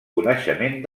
coneixement